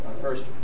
first